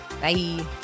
Bye